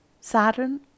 Saturn